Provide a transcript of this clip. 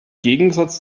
gegensatz